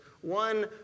One